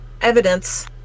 evidence